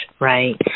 right